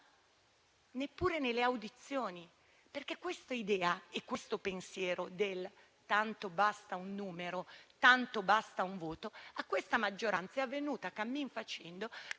neppure nelle audizioni, perché questa idea e questo pensiero del tipo «tanto basta un numero, tanto basta un voto» a questa maggioranza sono venuti cammin facendo,